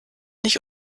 nicht